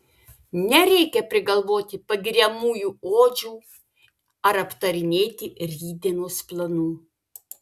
nereikia prigalvoti pagiriamųjų odžių ar aptarinėti rytdienos planų